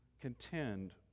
contend